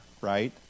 right